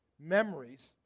memories